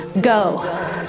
Go